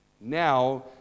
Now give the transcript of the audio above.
Now